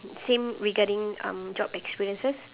same regarding job um experiences